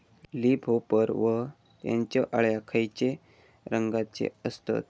Leaf hopper व त्यानचो अळ्या खैचे रंगाचे असतत?